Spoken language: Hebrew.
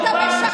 זה לא אני,